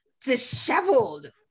disheveled